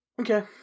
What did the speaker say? Okay